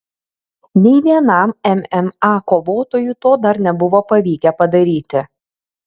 nei vienam mma kovotojui to dar nebuvo pavykę padaryti